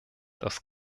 das